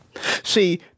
See